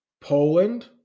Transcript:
Poland